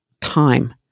time